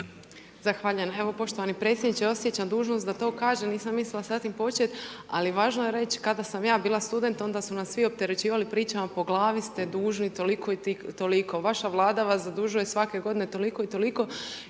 Zahvaljujem. Evo, poštovani predsjedniče, osjećam dužnost da to kažem, nisam mislila sa tim početi, ali važno je reći, kada sam ja bila student, onda su nas svi opterećivati pričama, po glavi ste dužni toliko i toliko. Vaša Vlada vas zadužuje svake godine toliko i toliko